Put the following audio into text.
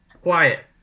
quiet